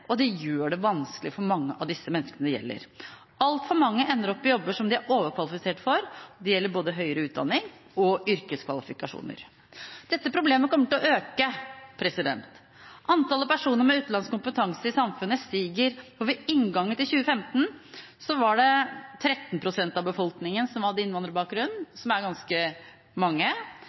og det gjør det vanskelig for mange av disse menneskene det gjelder. Altfor mange ender opp i jobber som de er overkvalifisert for. Dette gjelder både høyere utdanning og yrkeskvalifikasjoner. Dette problemet kommer til å øke. Antallet personer med utenlandsk kompetanse i samfunnet stiger. Ved inngangen til 2015 var det 13 pst. av befolkningen som hadde innvandrerbakgrunn, som er ganske mange.